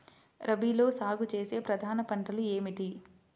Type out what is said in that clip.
రబీలో సాగు చేసే ప్రధాన పంటలు ఏమిటి?